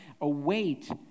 await